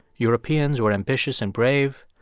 europeans were ambitious and brave,